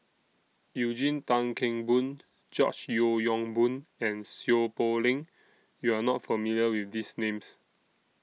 Eugene Tan Kheng Boon George Yeo Yong Boon and Seow Poh Leng YOU Are not familiar with These Names